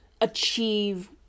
achieve